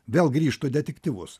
vėl grįžtu į detektyvus